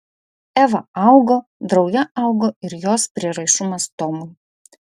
eva augo drauge augo ir jos prieraišumas tomui